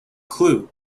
clue